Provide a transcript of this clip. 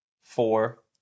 four